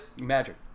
Magic